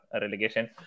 relegation